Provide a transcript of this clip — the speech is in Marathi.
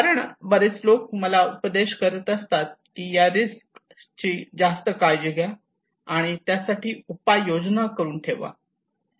कारण बरेच लोक मला उपदेश करत असतात की या रिस्क ची जास्त काळजी घ्या आणि त्यासाठी उपाययोजना करून ठेवा